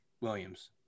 Williams